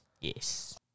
Yes